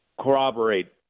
corroborate